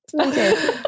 Okay